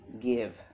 give